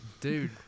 Dude